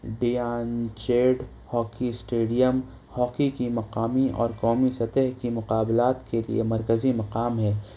دھیان Chand hockey stadium hockey کی مقامی اور قومی سطح کے مقابلات کے لیے مرکزی مقام ہے